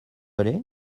allé